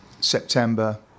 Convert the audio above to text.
September